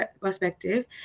perspective